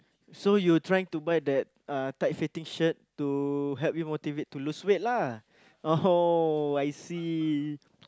so you trying to buy that tight fitting shirt to help you motivate you to lose weight lah oh I see